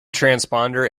transponder